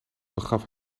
begaf